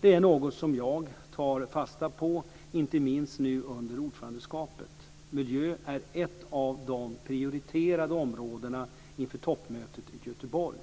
Det är något som jag tar fasta på, inte minst nu under ordförandeskapet. Miljö är ett av de prioriterade områdena inför toppmötet i Göteborg.